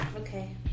Okay